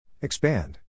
Expand